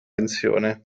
pensione